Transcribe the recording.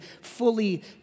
fully